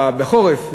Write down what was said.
טובעים בחורף.